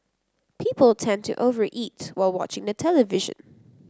people tend to over eat while watching the television